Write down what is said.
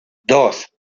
dos